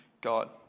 God